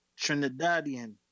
Trinidadian